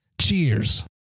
Cheers